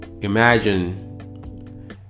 imagine